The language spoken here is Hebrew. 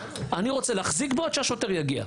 אני רוצה להחזיק בו עד שהשוטר יגיע.